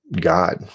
God